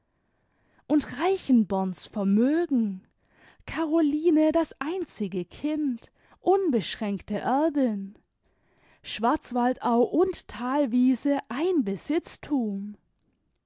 und reichenborn's vermögen caroline das einzige kind unbeschränkte erbin schwarzwaldau und thalwiese ein besitzthum